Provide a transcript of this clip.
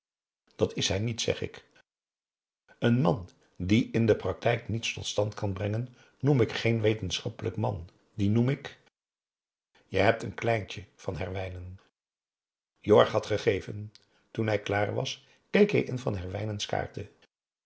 dat is hij niet zeg ik een man die in de practijk niets tot stand kan brengen noem ik geen wetenschappelijk man dien noem ik je hebt een kleintje van herwijnen jorg had gegeven toen hij klaar was keek hij in van herwijnen's kaarten